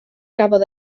gafodd